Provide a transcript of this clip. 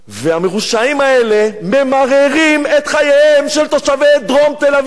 והמרושעים האלה ממררים את חייהם של תושבי דרום תל-אביב.